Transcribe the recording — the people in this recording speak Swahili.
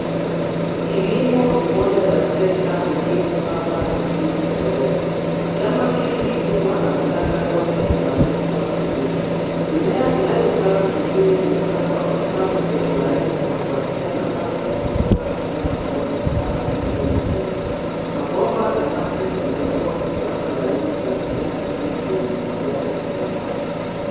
Kilimo ni moja ya sekta muhimu hapa jijini Nairobi. Shamba hili ni kubwa na mchanga wake una rutuba vizuri. Mimea inayostawi vizuri imepandwa kwa safu kwenye laini na kuachia nafasi kutoka mmea mmoja hadi ule mwingine. Mabomba ya maji yameekwa kufuata laini za mimea ili kuinyunyizia mimea maji.